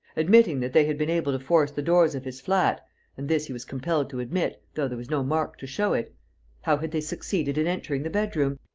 admitting that they had been able to force the doors of his flat and this he was compelled to admit, though there was no mark to show it how had they succeeded in entering the bedroom?